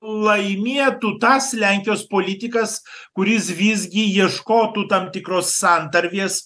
laimėtų tas lenkijos politikas kuris visgi ieškotų tam tikros santarvės